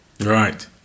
Right